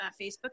Facebook